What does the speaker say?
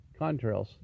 contrails